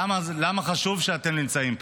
למה חשוב שאתם נמצאים פה?